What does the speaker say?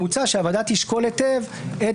10:29) מוצע שהוועדה תשקול היטב את